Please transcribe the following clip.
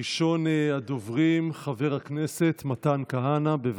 ראשון הדוברים, חבר הכנסת מתן כהנא, בבקשה.